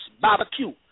barbecue